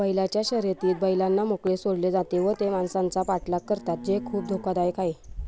बैलांच्या शर्यतीत बैलांना मोकळे सोडले जाते व ते माणसांचा पाठलाग करतात जे खूप धोकादायक आहे